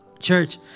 Church